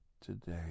today